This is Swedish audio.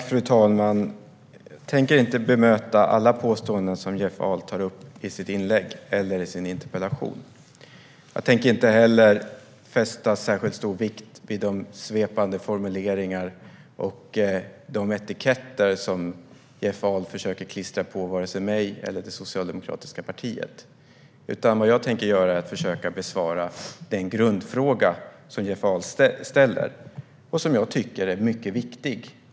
Fru talman! Jag tänker inte bemöta alla påståenden som Jeff Ahl tar upp i sitt inlägg eller i sin interpellation. Jag tänker heller inte fästa särskilt stor vikt vid de svepande formuleringar och etiketter som Jeff Ahl försöker klistra på mig och det socialdemokratiska partiet. Vad jag tänker göra är att försöka besvara den grundfråga som han ställer och som jag tycker är mycket viktig.